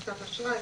לשכת אשראי,